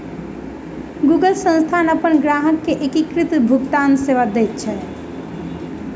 Google संस्थान अपन ग्राहक के एकीकृत भुगतान सेवा दैत अछि